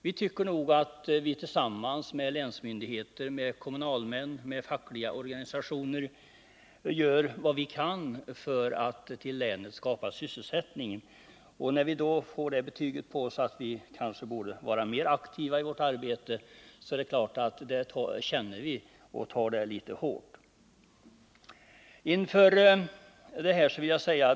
Vi tycker nog att vi tillsammans med länsmyndigheter, kommunalmän och fackliga organisationer gör vad vi kan för att skapa sysselsättning i länet. När vi då får betyget att vi borde vara mer aktiva i vårt arbete är det klart att det känns och att vi tar det litet hårt.